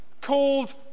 called